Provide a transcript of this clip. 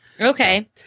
Okay